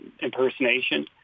impersonation